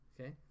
Okay